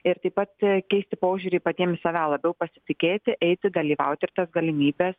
ir taip pat keisti požiūrį patiem į save labiau pasitikėti eiti dalyvauti ir tas galimybes